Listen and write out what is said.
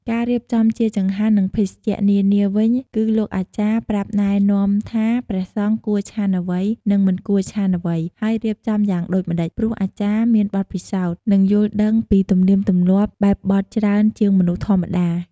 ការរៀបចំជាចង្ហាន់និងភេសជ្ជៈនានាវិញគឺលោកអាចារ្យប្រាប់ណែនាំថាព្រះសង្ឃគួរឆាន់អ្វីនិងមិនគួរឆាន់អ្វី ហើយរៀបចំយ៉ាងដូចម្តេច ព្រោះអាចារ្យមានបទពិសោធន៍ និងយល់ដឹងពីទម្លៀកទម្លាប់បែបបទច្រើនជាងមនុស្សធម្មតា។